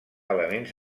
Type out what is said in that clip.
elements